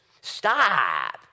stop